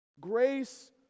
Grace